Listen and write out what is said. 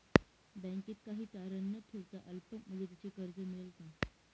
बँकेत काही तारण न ठेवता अल्प मुदतीचे कर्ज मिळेल का?